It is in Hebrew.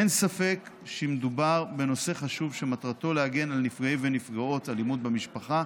אין ספק שמדובר בנושא חשוב שמטרתו להגן על נפגעי ונפגעות אלימות במשפחה,